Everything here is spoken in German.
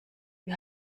wir